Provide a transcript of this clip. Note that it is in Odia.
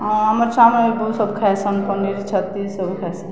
ହଁ ଆମରଛ ଆର ବି ବହୁ ସବ ଖାଇଏସନ ପନିର୍ ଛତି ସବୁ ଖାଇଏସନ୍